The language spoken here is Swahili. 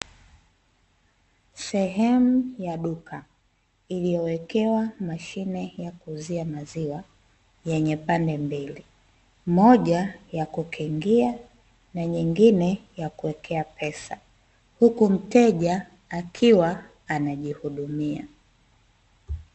Sehemu ya duka iliyowekewa mashine ya kuuzia maziwa yenye pande mbili, moja ya kukingia na nyingine ya kuwekea pesa, huku mteja akiwa anajihudumia.